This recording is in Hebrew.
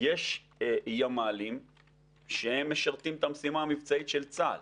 יש ימ"לים שהם משרתים את המשימה המבצעית של צה"ל.